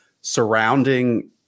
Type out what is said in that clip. surrounding